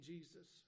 Jesus